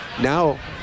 now